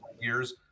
years